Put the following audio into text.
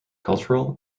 cultural